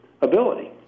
ability